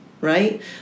right